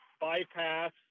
bypass